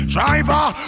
Driver